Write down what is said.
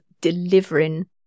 delivering